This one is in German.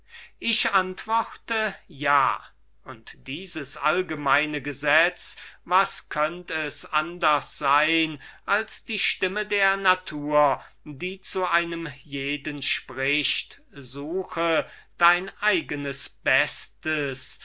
ich antworte ja und dieses allgemeine gesetz kann kein andres sein als die stimme der natur die zu einem jeden spricht suche dein bestes